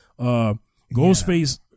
Ghostface